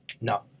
No